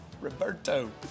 Roberto